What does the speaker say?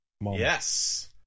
Yes